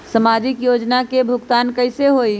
समाजिक योजना के भुगतान कैसे होई?